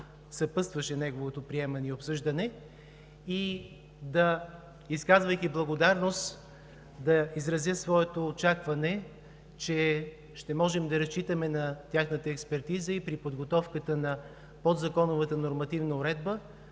процес, който го съпътстваше. И изказвайки благодарност, да изразя своето очакване, че ще можем да разчитаме на тяхната експертиза и при подготовката на подзаконовата нормативна уредба,